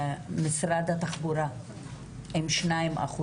משרד התחבורה עם 2%